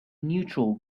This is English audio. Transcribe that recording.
neutral